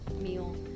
meal